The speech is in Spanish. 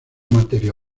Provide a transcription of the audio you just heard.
materia